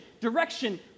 direction